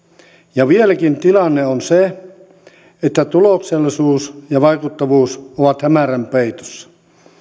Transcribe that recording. ja vieläkin tilanne on se että tuloksellisuus ja vaikuttavuus ovat hämärän peitossa